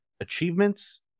achievements